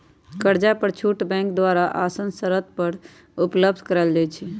कर्जा पर छुट बैंक द्वारा असान शरत पर उपलब्ध करायल जाइ छइ